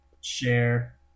share